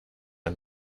ein